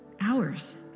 hours